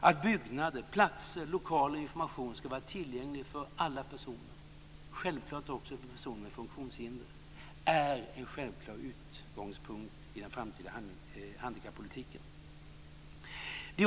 Att byggnader, platser, lokaler och information ska vara tillgängliga för alla personer, också för personer med funktionshinder, är en självklar utgångspunkt i den framtida handikappolitiken.